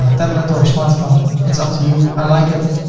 ah tablet or a smartphone. it's up to you. i like it.